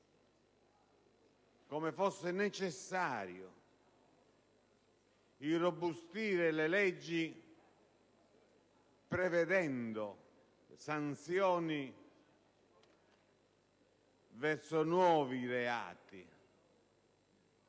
come fosse necessario irrobustire le leggi, prevedendo sanzioni verso nuovi reati,